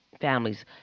families